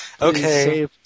Okay